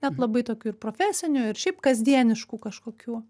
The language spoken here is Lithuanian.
net labai tokių ir profesinių ir šiaip kasdieniškų kažkokių